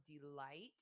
delight